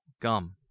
gum